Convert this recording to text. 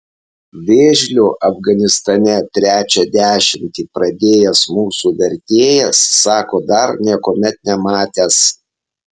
vėžlio afganistane trečią dešimtį pradėjęs mūsų vertėjas sako dar niekuomet nematęs